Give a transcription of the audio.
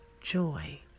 joy